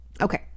okay